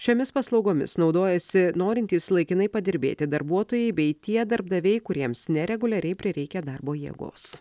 šiomis paslaugomis naudojasi norintys laikinai padirbėti darbuotojai bei tie darbdaviai kuriems nereguliariai prireikia darbo jėgos